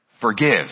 forgive